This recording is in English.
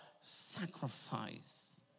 sacrifice